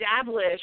establish